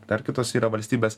dar kitos yra valstybės